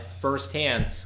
firsthand